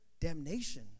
damnation